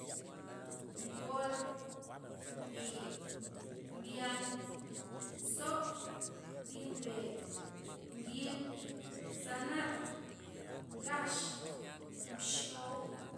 Ngol mtii' mbyan' nzo' mbin mbe ngil zanat ngax' mxyou